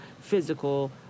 physical